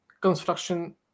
construction